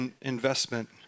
investment